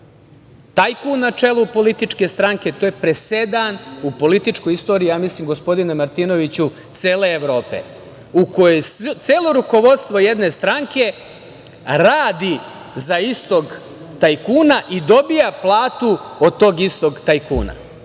Tajkun na čelu političke stranke, to je presedan u političkoj istoriji, mislim, gospodine Martinoviću, cele Evrope, u kojoj celo rukovodstvo jedne stranke radi za istog tajkuna i dobija platu od tog istog tajkuna. Zar